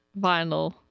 vinyl